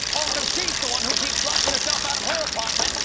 also, she's the one who keeps locking herself out of her apartment,